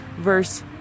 verse